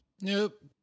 Nope